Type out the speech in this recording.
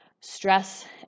stress